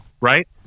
right